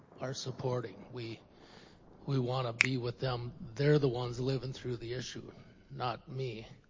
are supporting. we we want to be with them. they're the ones living through the issue not me.